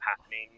happening